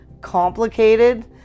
complicated